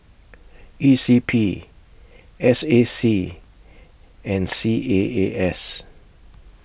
E C P S A C and C A A S